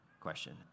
question